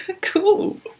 cool